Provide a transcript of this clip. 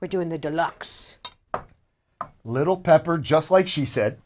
we're doing the deluxe a little pepper just like she said